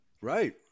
Right